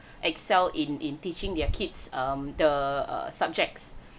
excel in in teaching their kids um the subjects